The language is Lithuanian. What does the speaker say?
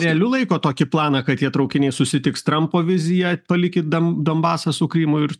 realiu laiko tokį planą kad tie traukiniai susitiks trampo vizija palikit dan donbasą su krymu ir